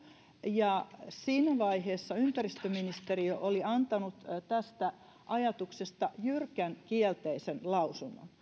ja siinä vaiheessa ympäristöministeriö oli antanut tästä ajatuksesta jyrkän kielteisen lausunnon